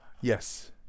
Yes